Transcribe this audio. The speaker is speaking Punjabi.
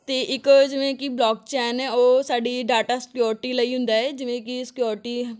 ਅਤੇ ਇੱਕ ਜਿਵੇਂ ਕਿ ਬਲੋਕ ਚੈਨ ਹੈ ਉਹ ਸਾਡੀ ਡਾਟਾ ਸਕਿਉਰਟੀ ਲਈ ਹੁੰਦਾ ਹੈ ਜਿਵੇਂ ਕਿ ਸਕਿਉਰਟੀ